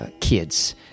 kids